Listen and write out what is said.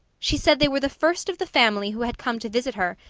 she said they were the first of the family who had come to visit her,